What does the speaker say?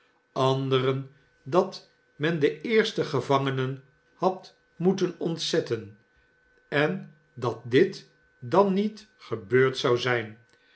anderen dat men de eerste gevangenen had moeten ontzetten en dat dit dan niet gebeurd zou zijn